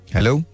Hello